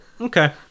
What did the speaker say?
Okay